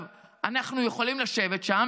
אנחנו יכולים לשבת שם,